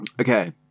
Okay